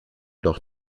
doch